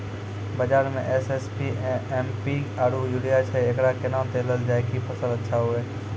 बाजार मे SSP, MPK आरु यूरिया छैय, एकरा कैना देलल जाय कि फसल अच्छा हुये?